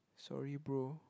sorry bro